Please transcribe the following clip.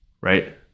right